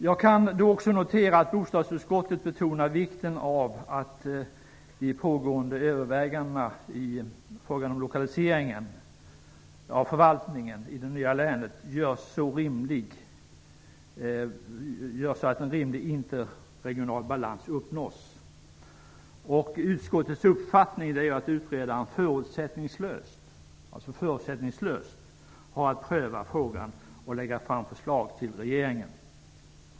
Jag kan också notera att bostadsutskottet betonar vikten av att de pågående övervägandena i frågan om lokalisering av förvaltningen i det nya länet görs så, att en rimlig inomregional balans uppnås. Utskottets uppfattning är att utredaren förutsättningslöst har att pröva frågan och lägga fram förslag till regeringen.